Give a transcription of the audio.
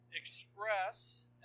express